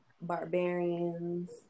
barbarians